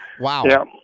Wow